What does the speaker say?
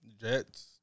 Jets